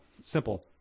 simple